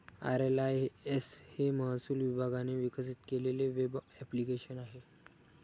RLIS हे महसूल विभागाने विकसित केलेले वेब ॲप्लिकेशन आहे